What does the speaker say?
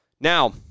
Now